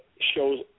shows